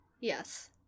Yes